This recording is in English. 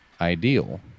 ideal